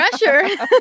pressure